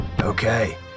Okay